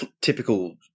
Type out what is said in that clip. typical